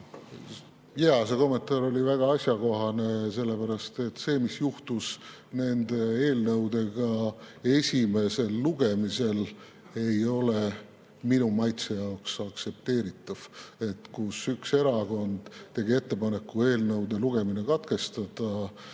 see kommentaar oli väga asjakohane, sest see, mis juhtus nende eelnõudega esimesel lugemisel, ei olnud minu maitse jaoks aktsepteeritav, kui üks erakond tegi ettepaneku eelnõu teine lugemine katkestada